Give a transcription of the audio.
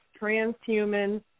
transhuman